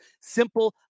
simple